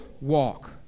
walk